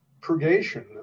purgation